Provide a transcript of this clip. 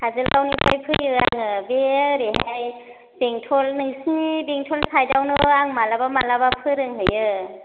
काजलगावनिफ्राय फैयो आङो बे ओरैहाय बेंटल नोंसोरनि बेंटल साइडआवनो आं माब्लाबा माब्लाबा फोरोंहैयो